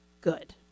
good